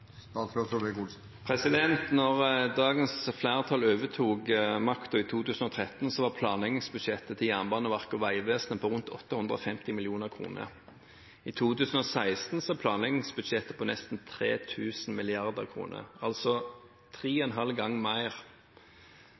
dagens flertall overtok makten i 2013, var planleggingsbudsjettet til Jernbaneverket og Vegvesenet på rundt 850 mill. kr. I 2016 er planleggingsbudsjettet på nesten 3 000 mrd. kr, altså tre og en halv gang mer.